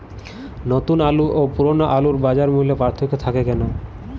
নতুন আলু ও পুরনো আলুর বাজার মূল্যে পার্থক্য থাকে কেন?